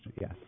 yes